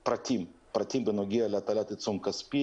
"פרטים" פרטים בנוגע להטלת עיצום כספי,